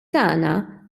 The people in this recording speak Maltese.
tagħna